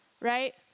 right